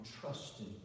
trusting